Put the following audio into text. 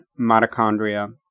mitochondria